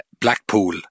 Blackpool